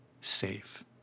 safe